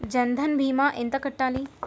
జన్ధన్ భీమా ఎంత కట్టాలి?